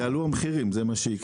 יעלו המחירים, זה מה שיקרה.